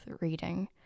reading